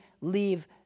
leave